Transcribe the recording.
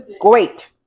great